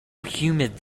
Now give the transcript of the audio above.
humid